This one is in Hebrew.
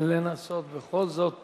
לנסות בכל זאת